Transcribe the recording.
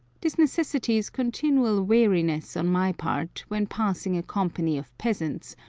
this necessitates continual wariness on my part when passing a company of peasants,